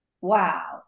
Wow